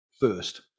first